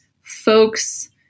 folks